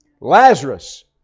Lazarus